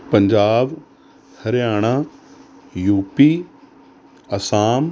Punjab Haryana U P Assam